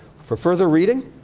for further reading,